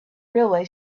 railway